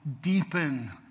deepen